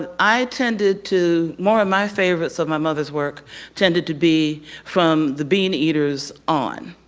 and i tended to more of my favorites of my mother's work tended to be from the bean eaters on.